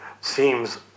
seems